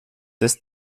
des